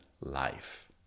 life